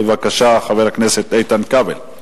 בבקשה, חבר הכנסת איתן כבל.